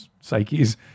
psyches